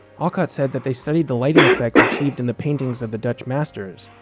alcott said that they studied the lighting effects achieved in the paintings of the dutch masters,